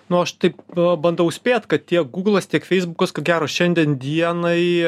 nu aš taip bandau spėt kad tiek gūglas tiek feisbukas ko gero šiandien dienai